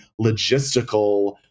logistical